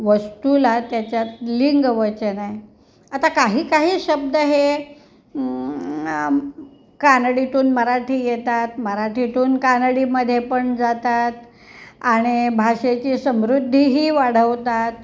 वस्तूला त्याच्यात लिंग वचन आहे आता काही काही शब्द हे कानडीतून मराठी येतात मराठीतून कानडीमध्ये पण जातात आणि भाषेची समृद्धीही वाढवतात